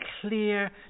clear